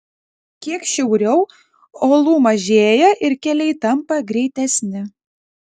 kiek šiauriau uolų mažėja ir keliai tampa greitesni